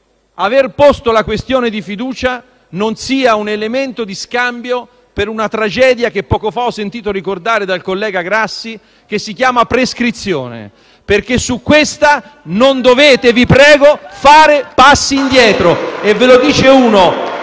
aver posto la questione di fiducia non sia un elemento di scambio per una tragedia che poco fa ho sentito ricordare dal collega Grassi che si chiama prescrizione, perché su questa non dovete - vi prego - fare passi indietro. *(Applausi dal